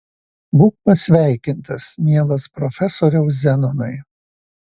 būk pasveikintas mielas profesoriau zenonai